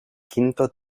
quinto